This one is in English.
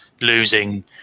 losing